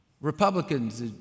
republicans